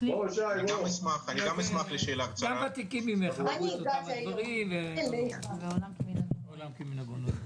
גם ותיקים ממך אמרו את אותם הדברים ועולם כמנהגו נוהג.